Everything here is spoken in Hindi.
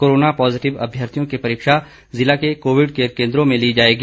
कोरोना पॉजिटिव अभ्यर्थियों की परीक्षा जिलों के कोविड केयर केंद्रों में ली जाएगी